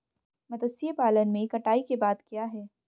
मत्स्य पालन में कटाई के बाद क्या है?